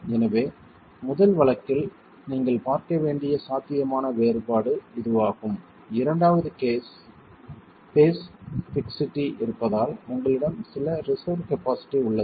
எனவே முதல் வழக்கில் நீங்கள் பார்க்க வேண்டிய சாத்தியமான வேறுபாடு இதுவாகும் இரண்டாவதாக பேஸ் பிக்ஸிட்டி இருப்பதால் உங்களிடம் சில ரிசர்வ் கபாஸிட்டி உள்ளது